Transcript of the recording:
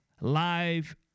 live